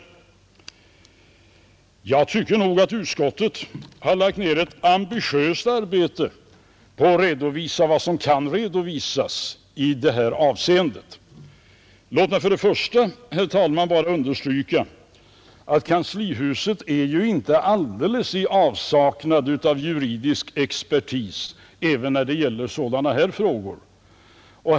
Jag tycker nog att konstitutionsutskottet har lagt ner ett ambitiöst arbete på att redovisa vad som kan redovisas i det här avseendet. Låt mig, herr talman, bara understryka att kanslihuset ju inte heller i sådana här frågor är alldeles i avsaknad av juridisk expertis.